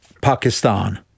Pakistan